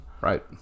Right